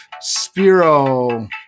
Spiro